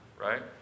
right